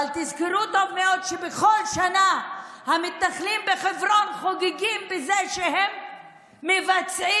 אבל תזכרו טוב מאוד שבכל שנה המתנחלים בחברון חוגגים בזה שהם מבצעים